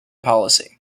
policy